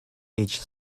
each